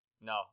No